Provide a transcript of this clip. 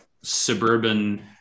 suburban